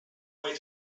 way